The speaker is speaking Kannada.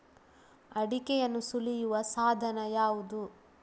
ಅಡಿಕೆಯನ್ನು ಸುಲಿಯುವ ಸಾಧನ ಯಾವುದು?